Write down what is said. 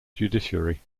judiciary